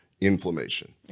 inflammation